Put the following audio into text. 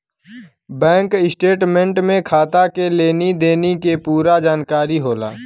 bank statement में खाता के लेनी देनी के पूरा जानकारी होला